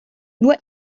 nur